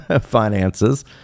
finances